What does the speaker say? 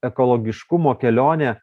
ekologiškumo kelionė